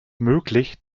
möglich